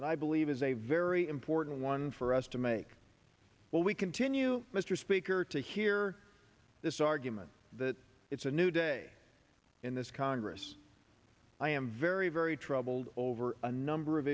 that i believe is a very important one for us to make will we continue mr speaker to hear this argument that it's a new day in this congress i am very very troubled over a number of